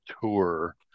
tour